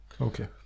Okay